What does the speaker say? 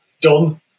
done